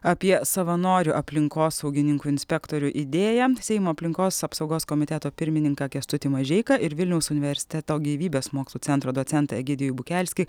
apie savanorių aplinkosaugininkų inspektorių idėją seimo aplinkos apsaugos komiteto pirmininką kęstutį mažeiką ir vilniaus universiteto gyvybės mokslų centro docentą egidijų bukelskį